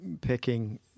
picking